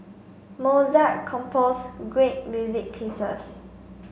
Mozart composed great music pieces